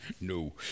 no